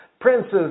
princes